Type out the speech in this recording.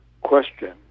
question